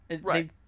right